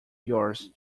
yours